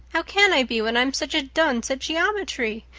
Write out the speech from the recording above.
how can i be, when i'm such a dunce at geometry?